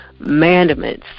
mandaments